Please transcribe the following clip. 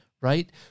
right